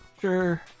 Sure